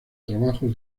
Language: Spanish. trabajos